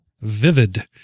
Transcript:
Vivid